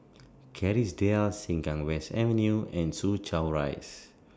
Kerrisdale Sengkang West Avenue and Soo Chow Rise